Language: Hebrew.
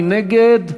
מי נגד?